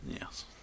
Yes